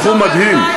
תחום מדהים.